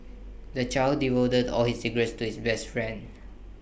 the child divulged all his secrets to his best friend